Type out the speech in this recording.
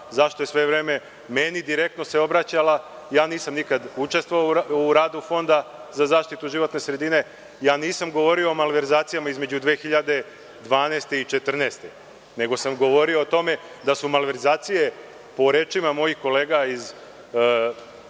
zašto se sve vreme meni direktno obraćala. Ja nisam nikad učestvovao u radu Fonda za zaštitu životne sredine, ja nisam govorio o malverzacijama između 2012. i 2014. godine, nego sam govorio o tome da su malverzacije, po rečima mojih kolega iz